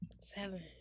seven